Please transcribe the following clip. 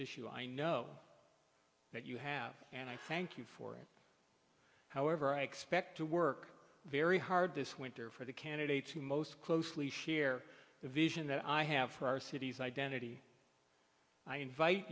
issue i know that you have and i thank you for it however i expect to work very hard this winter for the candidates who most closely share the vision i have for our cities identity i invite